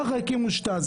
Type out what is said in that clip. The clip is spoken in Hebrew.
ככה הקימו שטאזי.